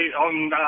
on